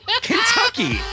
Kentucky